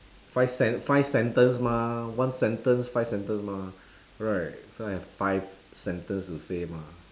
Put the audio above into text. five sen~ five sentence mah one sentence five sentence mah right so I have five sentence to say mah